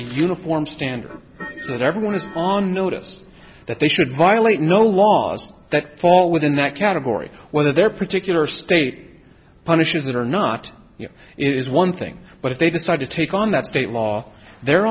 uniform standard that everyone is on notice that they should violate no laws that fall within that category whether their particular state punishes it or not is one thing but if they decide to take on that state law they're